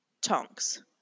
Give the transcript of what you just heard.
tonks